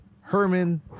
Herman